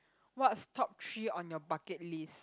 what's top three on your bucket list